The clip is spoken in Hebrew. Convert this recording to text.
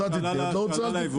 את רוצה תתני, את לא רוצה אל תתני.